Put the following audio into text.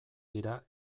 dira